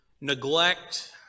neglect